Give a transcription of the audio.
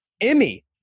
Emmy